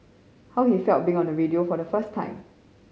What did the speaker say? how he felt being on radio for the first time